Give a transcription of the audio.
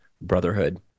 brotherhood